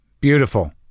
Beautiful